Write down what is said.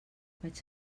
vaig